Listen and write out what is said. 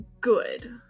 good